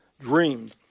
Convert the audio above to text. dreamed